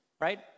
right